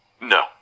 No